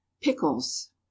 pickles